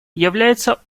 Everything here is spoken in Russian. является